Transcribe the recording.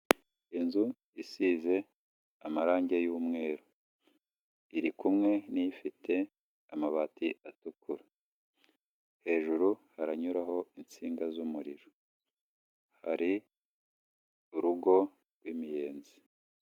Inzu isize amarange y'umweru iri kumwe n'ifite amabati atukura, hejura haranyuraho insinga z'umuriro hari urugo rw'imiyenzi.